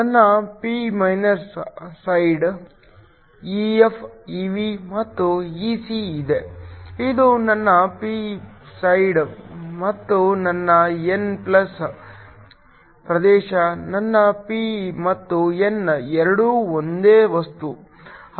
ನನ್ನ P side EF Ev ಮತ್ತು Ec ಇದೆ ಇದು ನನ್ನ ಪಿ ಸೈಡ್ ಮತ್ತು ನನ್ನ n ಪ್ಲಸ್ ಪ್ರದೇಶ ನನ್ನ p ಮತ್ತು n ಎರಡೂ ಒಂದೇ ವಸ್ತು